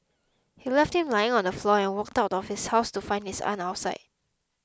he left him lying on the floor and walked out of his house to find his aunt outside